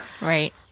Right